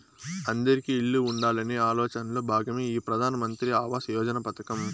అందిరికీ ఇల్లు ఉండాలనే ఆలోచనలో భాగమే ఈ ప్రధాన్ మంత్రి ఆవాస్ యోజన పథకం